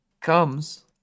comes